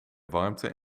warmte